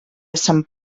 sant